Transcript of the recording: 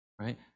Right